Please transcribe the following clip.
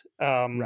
Right